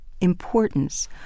importance